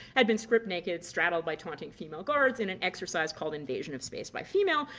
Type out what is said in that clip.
had been stripped naked, straddled by taunting female guards in an exercise called invasion of space by female,